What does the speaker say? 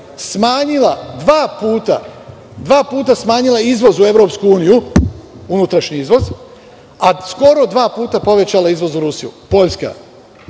smanjila dva puta izvoz u EU, unutrašnji izvoz, a skoro dva puta povećala izvoz u Rusiju, Poljska.